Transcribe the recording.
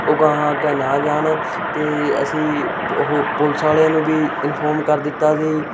ਉਹ ਅਗਾਂਹ ਆ ਕੇ ਨਾ ਜਾਣ ਅਤੇ ਅਸੀਂ ਉਹ ਪੁਲਿਸ ਵਾਲਿਆਂ ਨੂੰ ਵੀ ਇਨਫੋਰਮ ਕਰ ਦਿੱਤਾ ਸੀ